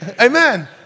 amen